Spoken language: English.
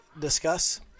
discuss